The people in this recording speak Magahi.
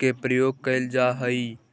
के प्रयोग कैल जा हइ